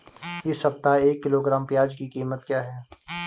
इस सप्ताह एक किलोग्राम प्याज की कीमत क्या है?